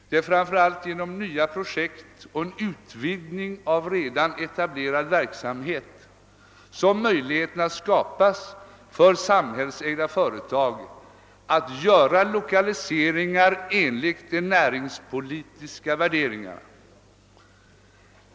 Det är framför allt genom nya projekt eller utvidgning av redan etablerad verksamhet som möjligheter skapas för de samhällsägda företagen att göra lokaliseringar enligt de näringspolitiska värderingarna.